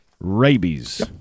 Rabies